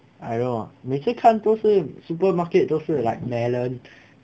I don't know ah 每次看都是 supermarket 都是 like melon